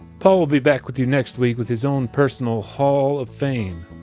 paul will be back with you next week with his own personal haul of fame.